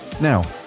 now